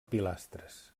pilastres